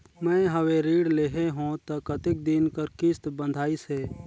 मैं हवे ऋण लेहे हों त कतेक दिन कर किस्त बंधाइस हे?